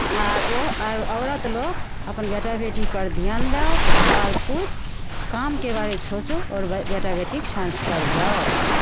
आर ओ आर औरत लोग अपन बेटा बेटीपर धियान दउ आओर किछु कामके बारे सोचो आओर बेटा बेटीक संस्कार दउ